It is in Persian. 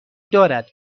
دارد